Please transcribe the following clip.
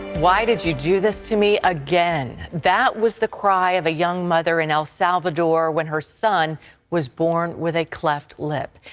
why did you do this to me again? that was the cry of a young mother in el salvador when her son was born with a cleft lip.